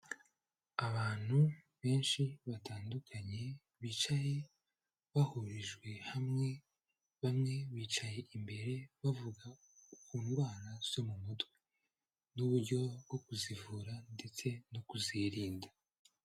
Abantu benshi batandukanye bicaye bahurijwe hamwe, bamwe bicaye imbere bavuga ku ndwara zo mu mutwe n'uburyo bwo kuzivura ndetse no kuzirinda.